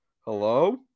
Hello